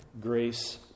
grace